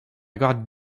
got